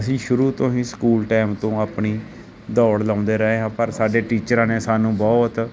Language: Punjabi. ਅਸੀਂ ਸ਼ੁਰੂ ਤੋਂ ਹੀ ਸਕੂਲ ਟੈਮ ਤੋਂ ਆਪਣੀ ਦੌੜ ਲਾਉਂਦੇ ਰਹੇ ਹਾਂ ਪਰ ਸਾਡੇ ਟੀਚਰਾਂ ਨੇ ਸਾਨੂੰ ਬਹੁਤ